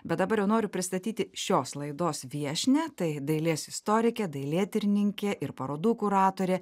bet dabar jau noriu pristatyti šios laidos viešnią tai dailės istorikė dailėtyrininkė ir parodų kuratorė